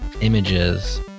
images